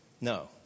No